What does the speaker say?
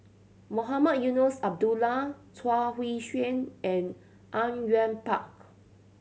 Mohamed Eunos Abdullah Chuang Hui Tsuan and Au Yue Pak